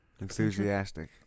Enthusiastic